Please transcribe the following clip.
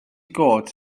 gôt